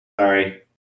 Sorry